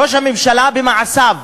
ראש הממשלה במעשיו,